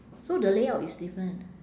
so the layout is different